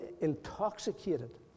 intoxicated